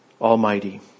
almighty